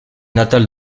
natale